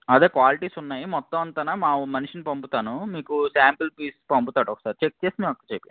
అదే క్వాలిటీస్ ఉన్నాయి మొత్తం ఎంతైన మా మనిషిని పంపుతాను మీకు శాంపుల్ పీస్ పంపుతాడు ఒకసారి చెక్ చేసి మాకు చెప్పండి